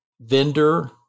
vendor